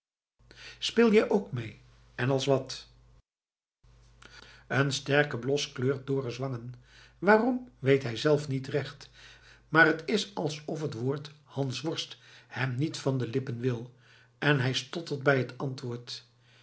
speel jij ook mee en als wat een sterke blos kleurt dorus wangen waarom weet hij zelf niet recht maar t is alsof het woord hansworst hem niet van de lippen wil en hij stottert bij het antwoord